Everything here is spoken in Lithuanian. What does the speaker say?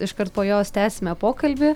iškart po jos tęsime pokalbį